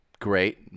great